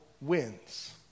wins